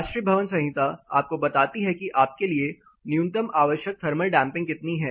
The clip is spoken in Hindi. राष्ट्रीय भवन संहिता आपको बताती है कि आपके लिए न्यूनतम आवश्यक थर्मल डैंपिंग कितनी है